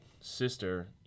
sister